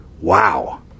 Wow